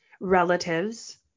relatives